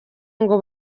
ngo